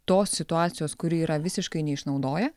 tos situacijos kuri yra visiškai neišnaudoja